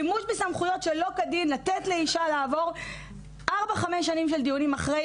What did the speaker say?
בסמכויות שלא כדין לתת לאישה לעבור ארבע-חמש שנים אחרי.